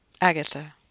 Agatha